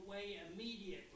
Immediately